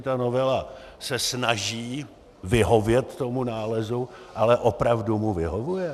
Ta novela se snaží vyhovět tomu nálezu, ale opravdu mu vyhovuje?